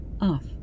Off